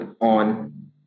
on